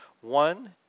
One